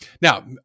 Now